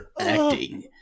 acting